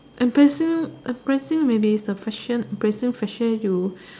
embarrassing embarrassing maybe is the question embarrassing question you